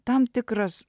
tam tikras